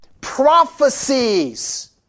prophecies